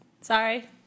Sorry